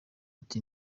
ati